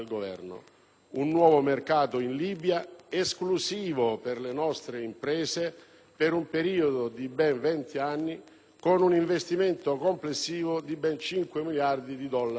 un nuovo mercato in Libia, esclusivo per le nostre imprese, per un periodo di ben venti anni, con un investimento complessivo di ben 5 miliardi di dollari USA.